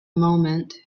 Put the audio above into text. moment